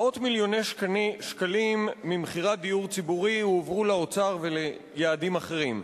מאות מיליוני שקלים ממכירת דיור ציבורי הועברו לאוצר וליעדים אחרים.